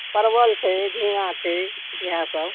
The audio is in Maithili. परवल छै झिङ्गा छै इएह सब